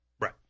Right